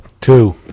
Two